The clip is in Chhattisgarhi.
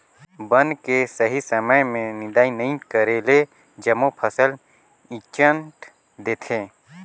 बन के सही समय में निदंई नई करेले जम्मो फसल ईचंट देथे